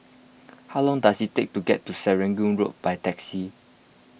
how long does it take to get to Serangoon Road by taxi